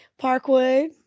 Parkwood